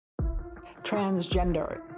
Transgender